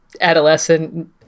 adolescent